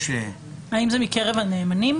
האם זה מקרב הנאמנים?